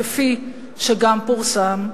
כפי שגם פורסם,